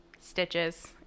Stitches